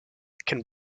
can